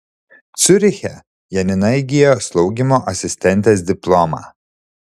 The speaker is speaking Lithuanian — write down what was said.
ciuriche janina įgijo slaugymo asistentės diplomą